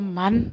man